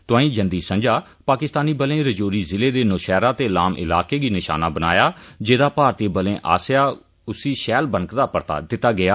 तोआई जंदी संझा पाकिस्तानी बलें रजौरी जिले दे नौशैहरा ते लाम इलाकें गी निशाना बनाया जेह्दा भारती बलें आसेआ उसी शैल बनकाइयै परता दित्ता गेआ